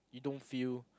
you don't feel